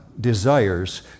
desires